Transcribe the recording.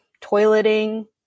toileting